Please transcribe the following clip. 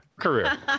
Career